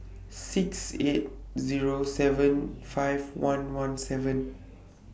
six eight Zero seven five one one seven